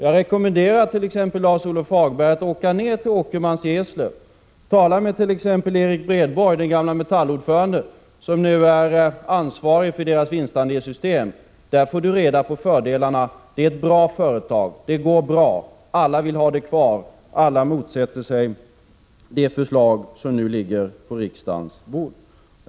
Jag rekommenderar t.ex. Lars-Ove Hagberg att åka ner till Åkermans i Eslöv och tala med Erik Bredborg, den gamle Metallordföranden, som nu är ansvarig för vinstandelssystemet. Där får man reda på fördelarna. Det är ett bra företag. Det går bra. Alla vill ha vinstdelningen kvar. Alla motsätter sig det förslag som nu ligger på riksdagens bord.